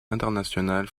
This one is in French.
internationales